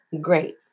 great